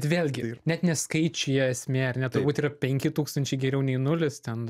vėlgi net ne skaičiuje esmė ar ne turbūt yra penki tūkstančiai geriau nei nulis ten